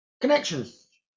connections